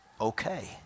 okay